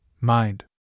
mind